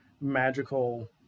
magical